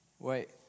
Wait